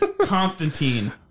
Constantine